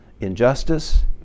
injustice